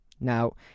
Now